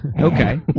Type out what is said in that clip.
Okay